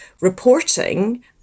reporting